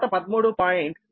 43 KV